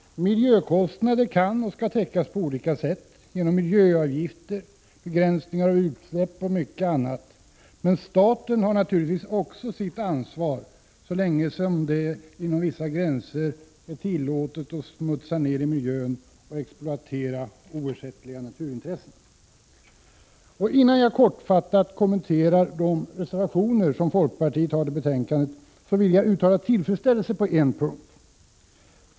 Miljökostnader kan och skall täckas på olika sätt, genom miljöavgifter, begränsningar av utsläpp och mycket annat, men staten har naturligtvis sitt ansvar så länge som det inom vissa gränser är tillåtet att smutsa ned i miljön och exploatera oersättliga naturintressen. Innan jag kortfattat kommenterar de reservationer som folkpartiet har till betänkandet vill jag uttala tillfredsställelse på en punkt.